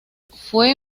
fue